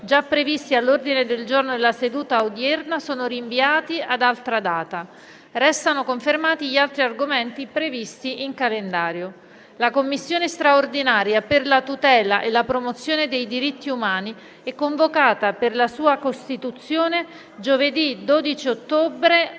già previsti all'ordine del giorno della seduta odierna, sono rinviati ad altra data. Restano confermati gli altri argomenti previsti in calendario. La Commissione straordinaria per la tutela e la promozione dei diritti umani è convocata, per la sua costituzione, giovedì 12 ottobre,